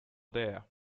there